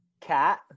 cat